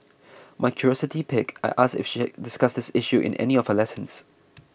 my curiosity piqued I asked if she had discussed this issue in any of her lessons